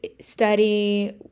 study